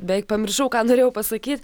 beveik pamiršau ką norėjau pasakyt